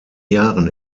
jahren